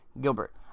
Gilbert